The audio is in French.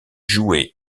joué